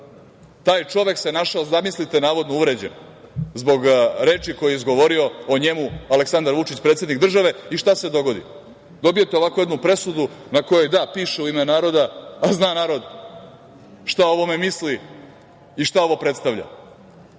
Taj čovek se našao, zamislite, navodno uvređen zbog reči koje je izgovorio o njemu Aleksandar Vučić, predsednik države, i šta se dogodi? Dobijete ovako jednu presudu na kojoj piše – da, u ime naroda, a zna narod šta o ovome misli i šta ovo predstavlja.